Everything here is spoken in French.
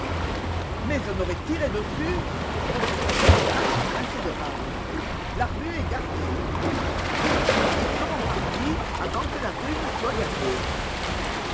mais on aurait tiré dessus protesta ganimard qui grinçait de rage la rue est gardée ils seront partis avant que la rue ne soit gardée